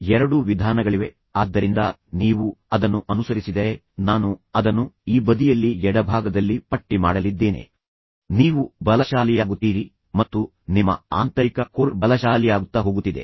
2 ವಿಧಾನಗಳಿವೆ ಆದ್ದರಿಂದ ನೀವು ಅದನ್ನು ಅನುಸರಿಸಿದರೆ ನಾನು ಅದನ್ನು ಈ ಬದಿಯಲ್ಲಿ ಎಡಭಾಗದಲ್ಲಿ ಪಟ್ಟಿ ಮಾಡಲಿದ್ದೇನೆ ನೀವು ಬಲಶಾಲಿಯಾಗುತ್ತೀರಿ ಮತ್ತು ನಿಮ್ಮ ಆಂತರಿಕ ಕೋರ್ ಬಲಶಾಲಿಯಾಗುತ್ತ ಹೋಗುತ್ತಿದೆ